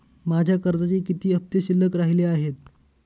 माझ्या कर्जाचे किती हफ्ते शिल्लक राहिले आहेत?